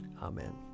Amen